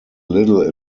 little